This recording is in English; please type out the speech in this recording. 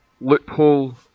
loophole